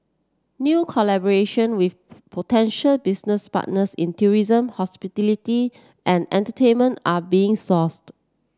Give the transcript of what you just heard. new collaboration with potential business partners in tourism hospitality and entertainment are being sought